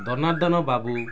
ଦନାଦନ ବାବୁ